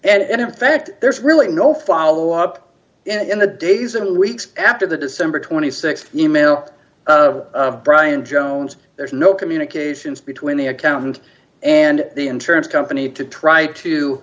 and in fact there's really no follow up in the days and weeks after the december th e mail of brian jones there's no communications between the accountant and the insurance company to try to